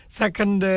second